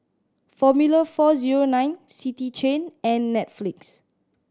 Formula Four Zero Nine City Chain and Netflix